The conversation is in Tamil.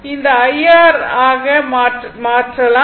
இதை I R ஆக மாற்றலாம்